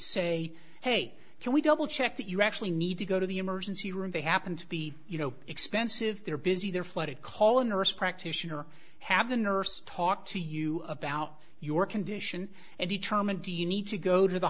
say hey can we double check that you actually need to go to the emergency room they happen to be you know expensive they're busy they're flooded call a nurse practitioner have a nurse talk to you about your condition and determine do you need to go to the